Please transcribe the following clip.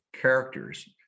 characters